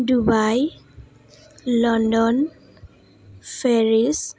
Dubai London Paris